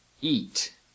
eat